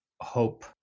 hope